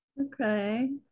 Okay